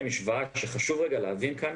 המשוואה שחשוב להבין כאן